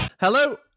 Hello